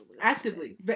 Actively